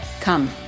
Come